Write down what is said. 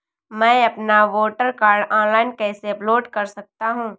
मैं अपना voter card online कैसे अपलोड कर सकता हूँ?